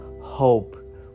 hope